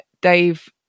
Dave